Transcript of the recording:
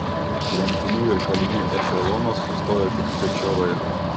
tremtinių ir kalinių ešelonas sustojo tik pečioroje